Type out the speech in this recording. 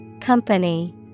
Company